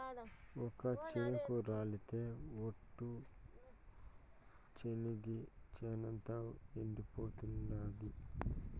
ఒక్క చినుకు రాలితె ఒట్టు, చెనిగ చేనంతా ఎండిపోతాండాది